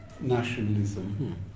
Nationalism